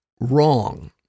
wrong